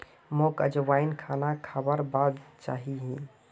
मोक अजवाइन खाना खाबार बाद चाहिए ही